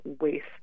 waste